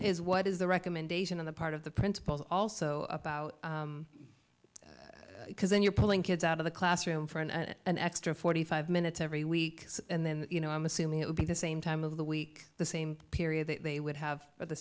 is what is the recommendation on the part of the principals also about because when you're pulling kids out of the classroom for an an extra forty five minutes every week and then you know i'm assuming it would be the same time of the week the same period that they would have at the